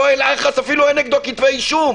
אותו אל-אח'רס אפילו אין נגדו כתבי אישום,